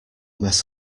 mess